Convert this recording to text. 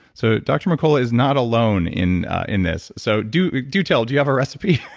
so dr. mercola is not alone in in this. so do do tell, do you have a recipe?